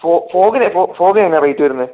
ഫോഗിന് എന്താണ് റേറ്റ് വരുന്നത്